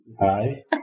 Hi